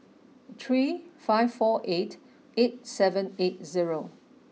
three five four eight eight seven eight zero